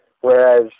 Whereas